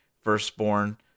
firstborn